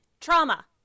trauma